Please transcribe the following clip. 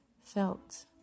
felt